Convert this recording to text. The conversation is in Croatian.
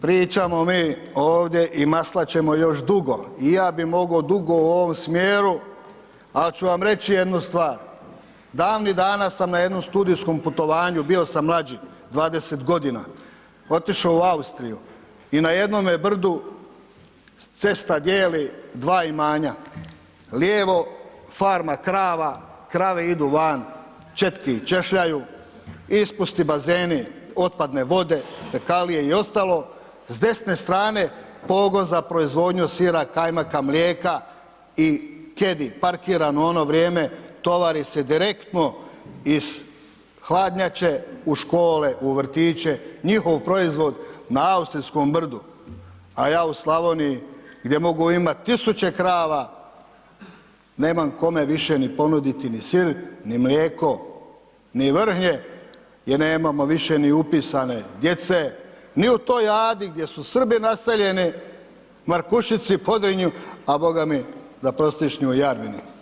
Pričamo mi ovdje i maslačemo još dugo i ja bi mogao dugo u ovom smjeru, al ću vam reći jednu stvar, davnih dana sam na jednom studijskom putovanju, bio sam mlađi 20.g., otišao u Austriju i na jednome brdu, cesta dijeli dva imanja, lijevo farma krava, krave idu van, četke ih češljaju, ispusti bazeni, otpadne vode, fekalije i ostalo, s desne strane pogon za proizvodnju sira, kajmaka, mlijeka i … [[Govornik se ne razumije]] parkirano u ono vrijeme, tovari se direktno iz hladnjače u škole, u vrtiće, njihov proizvod na austrijskom brdu, a ja u Slavoniji gdje mogu imat tisuće krava, nemam kome više ni ponuditi ni sir, ni mlijeko, ni vrhnje jer nemamo više ni upisane djece, ni u toj Adi gdje su Srbi naseljeni, Markušici, Podrinju, a Boga mi da prostiš ni u Jarmini.